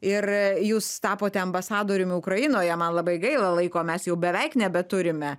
ir jūs tapote ambasadoriumi ukrainoje man labai gaila laiko mes jau beveik nebeturime